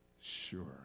Sure